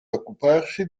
occuparsi